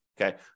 Okay